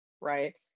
right